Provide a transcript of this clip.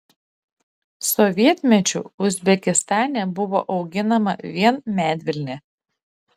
sovietmečiu uzbekistane buvo auginama vien medvilnė